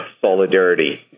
solidarity